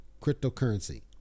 cryptocurrency